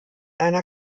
einer